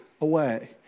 away